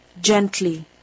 gently